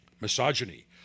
misogyny